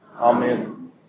Amen